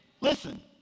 Listen